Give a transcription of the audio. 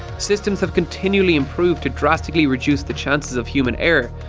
systems have continually improved to drastically reduce the chances of human error,